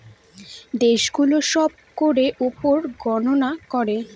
দেশে গুলো সব করের উপর গননা করে